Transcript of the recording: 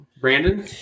Brandon